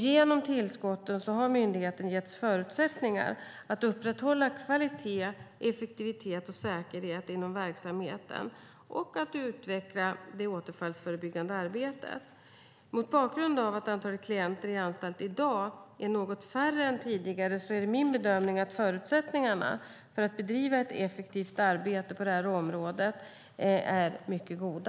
Genom tillskotten har myndigheten getts förutsättningar att upprätthålla kvalitet, effektivitet och säkerhet inom verksamheten och att utveckla det återfallsförebyggande arbetet. Mot bakgrund av att antalet klienter i anstalt i dag är något mindre än tidigare är min bedömning att förutsättningarna för att bedriva ett effektivt arbete på detta område är mycket goda.